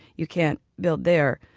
you can't build there.